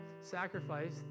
sacrifice